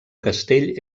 castell